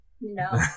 No